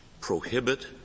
prohibit